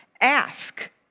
Ask